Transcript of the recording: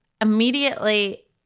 immediately